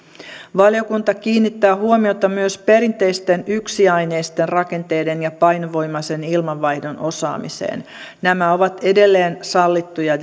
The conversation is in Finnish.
valiokunta kiinnittää huomiota myös perinteisten yksiaineisten rakenteiden ja painovoimaisen ilmanvaihdon osaamiseen nämä ovat edelleen sallittuja